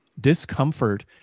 discomfort